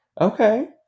Okay